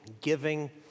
giving